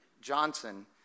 Johnson